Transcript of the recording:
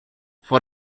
for